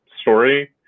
story